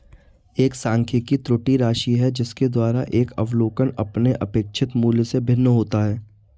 एक सांख्यिकी त्रुटि राशि है जिसके द्वारा एक अवलोकन अपने अपेक्षित मूल्य से भिन्न होता है